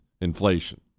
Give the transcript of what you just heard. Inflation